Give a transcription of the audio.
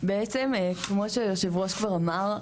בעצם כמו שיושב הראש כבר אמר,